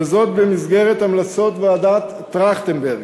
וזאת במסגרת המלצות ועדת-טרכטנברג,